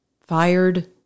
fired